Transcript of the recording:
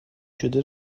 شده